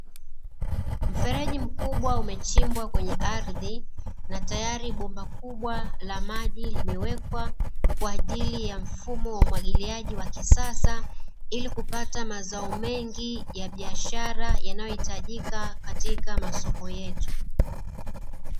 Mfereji mkubwa umechimbwa kwenye ardhi na tayari bomba kubwa la maji limewekwa kwa ajili ya mfumo wa umwagiliaji wa kisasa, ili kupata mazao mengi ya biashara yanayohitajika katika masoko yetu.